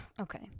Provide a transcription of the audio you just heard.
Okay